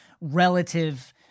relative